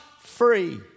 free